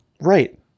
right